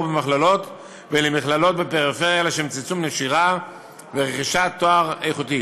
במכללות ולמכללות בפריפריה לשם צמצום נשירה ורכישת תואר איכותי.